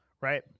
right